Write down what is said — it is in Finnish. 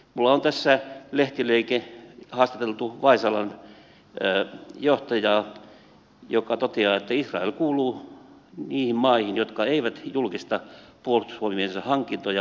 minulla on tässä lehtileike on haastateltu vaisalan johtajaa joka toteaa että israel kuuluu niihin maihin jotka eivät julkista puolustusvoimiensa hankintoja